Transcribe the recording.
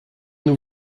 nous